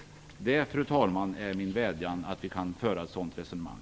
Fru talman! Det är min vädjan att vi skall kunna föra ett sådant resonemang.